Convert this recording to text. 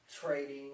trading